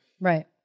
Right